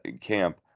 camp